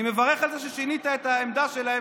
אני מברך על זה ששינית את העמדה שלהם,